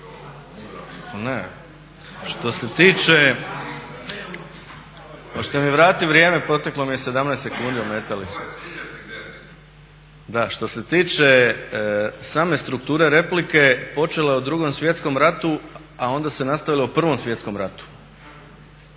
se ne čuje./… Hoćete mi vratiti vrijeme, proteklo mi je 17 sekundi, ometali su me? …/Upadica se ne čuje./… Da, što se tiče same strukture replike, počelo je o Drugom svjetskom ratu a onda se nastavilo o Prvom svjetskom ratu.